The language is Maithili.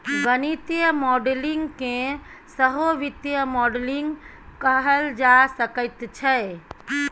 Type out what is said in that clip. गणितीय मॉडलिंग केँ सहो वित्तीय मॉडलिंग कहल जा सकैत छै